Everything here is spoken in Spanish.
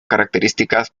características